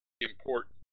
important